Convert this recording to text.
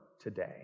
Today